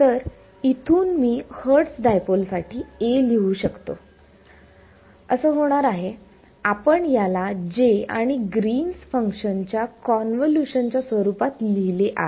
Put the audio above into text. तर इथून मी हर्टस डायपोलसाठी A लिहू शकतो हे असं होणार आहे आपण याला J आणि ग्रीन्स फंक्शनGreen's function च्या कॉन्वोलुशन च्या स्वरूपात लिहिले आहे